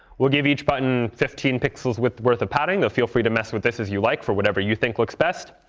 we'll give each button fifteen pixels' width worth of padding, though feel free to mess with this as you like for whatever you think looks best.